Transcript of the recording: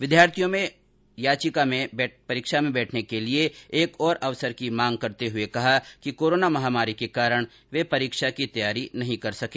विद्यार्थियों ने याचिका में परीक्षा में बैठने के लिए एक और अवसर की मांग करते हुए कहा कि कोरोना महामारी के कारण वे परीक्षा की तैयारी नहीं कर सके